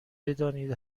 بدانید